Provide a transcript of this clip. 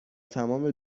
تمام